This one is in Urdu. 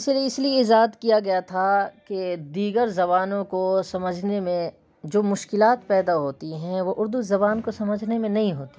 اسے اس لیے ایجاد کیا گیا تھا کہ دیگر زبانوں کو سمجھنے میں جو مشکلات پیدا ہوتی ہیں وہ اردو زبان کو سمجھنے میں نہیں ہوتیں